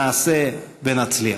נעשה ונצליח.